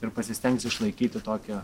ir pasistengs išlaikyti tokią